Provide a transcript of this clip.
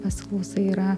pasiklausai yra